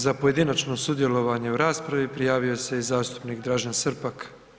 Za pojedinačno sudjelovanje u raspravi prijavio se i zastupnik Dražen Srpak.